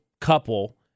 couple